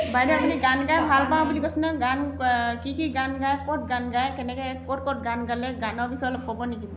বাইদেউ আপুনি গান গাই ভাল পাওঁ বুলি কৈছে নহয় গান কি কি গান গায় ক'ত গান গায় কেনেকৈ ক'ত ক'ত গান গালে গানৰ বিষয়ে অলপ ক'ব নেকি